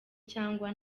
cyangwa